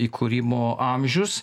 įkūrimo amžius